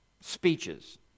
speeches